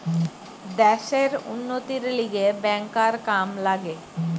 দ্যাশের উন্নতির লিগে ব্যাংকার কাম লাগে